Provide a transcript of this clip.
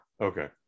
Okay